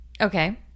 Okay